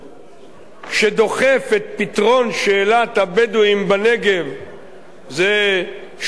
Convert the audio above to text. שדוחף את פתרון שאלת הבדואים בנגב זה שמונה שנים,